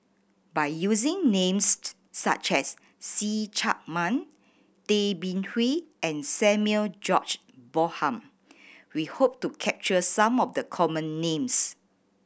by using names such as See Chak Mun Tay Bin Wee and Samuel George Bonham we hope to capture some of the common names